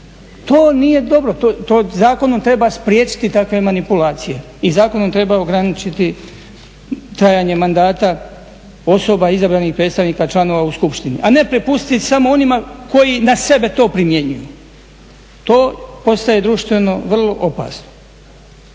To nije dobro, to zakonom treba spriječiti takve manipulacije i zakonom treba ograničiti trajanje mandata osoba izabranih predstavnika članova u skupštini a ne prepustiti samo onima koji na sebe to primjenjuju. To postaje društveno vrlo opasno.